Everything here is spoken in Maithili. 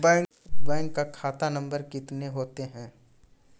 बैंक का खाता नम्बर कितने होते हैं?